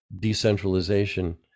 decentralization